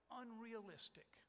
unrealistic